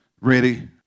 Ready